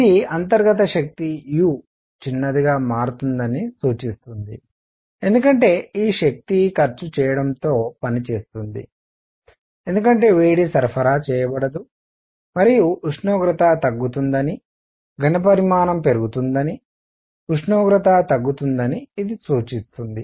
ఇది అంతర్గత శక్తి u చిన్నదిగా మారుతుందని సూచిస్తుంది ఎందుకంటే ఈ శక్తి ఖర్చుచేయడంతో పని జరుగుతుంది ఎందుకంటే వేడి సరఫరా చేయబడదు మరియు ఉష్ణోగ్రత తగ్గుతుందని ఘణపరిమాణం పెరుగుతుందని ఉష్ణోగ్రత తగ్గుతుందని ఇది సూచిస్తుంది